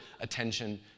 attention